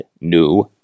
new